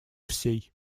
всей